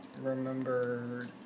remember